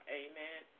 amen